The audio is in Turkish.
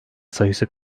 sayısı